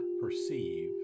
perceive